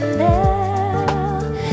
now